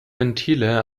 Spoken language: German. ventile